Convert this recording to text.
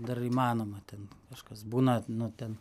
dar įmanoma ten kažkas būna nu ten